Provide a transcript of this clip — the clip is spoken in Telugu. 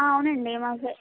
అవునండి మాకు